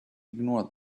ignore